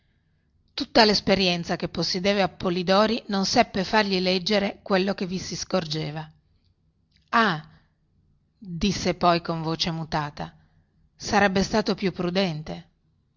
tutta lesperienza che possedeva polidori non seppe fargli leggere quello che vi si scorgeva ah disse poi con voce mutata sarebbe stato più prudente